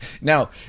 Now